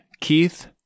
Keith